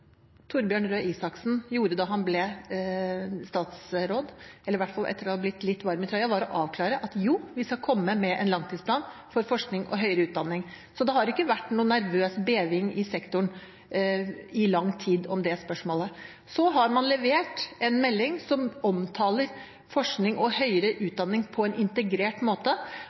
Torbjørn Røe Isaksen gjorde da han ble statsråd – eller i hvert fall etter å ha blitt litt varm i trøya – var å avklare at man skal komme med en langtidsplan for forskning og høyere utdanning. Så det har ikke vært noen nervøs beving i sektoren i langt tid med tanke på det spørsmålet. Så har man levert en melding som omtaler forskning og høyere